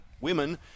women